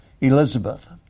Elizabeth